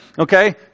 okay